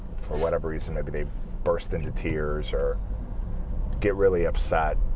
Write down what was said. for whatever reason they but they burst into tears or get really upset.